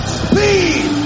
speed